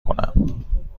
کنم